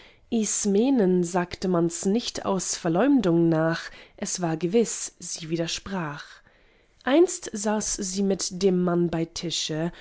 ismenen sagte mans nicht aus verleumdung nach es war gewiß sie widersprach einst saß sie mit dem mann bei tische